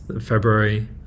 February